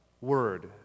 Word